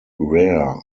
rare